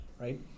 right